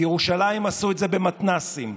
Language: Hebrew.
בירושלים עשו את זה במתנ"סים,